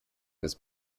ist